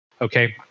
okay